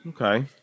Okay